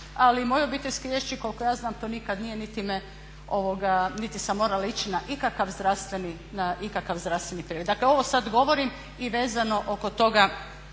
Ali moj obiteljski liječnik koliko ja znam to nikad nije niti sam morala ići na ikakav zdravstveni pregled. Dakle, ovo sad govorim i vezano oko toga